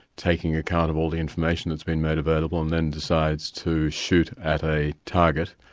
taking account of all the information that's been made available, and then decides to shoot at a target,